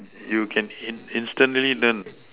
you can in instantly learn